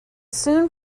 soon